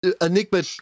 enigma